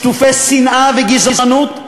שטופי שנאה וגזענות,